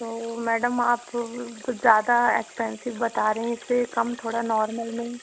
तो मैडम आप कुछ ज़्यादा एक्सपेंसिव बता रहें इससे कम थोड़ा नॉर्मल में